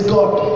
God